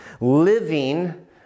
living